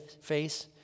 face